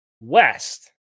West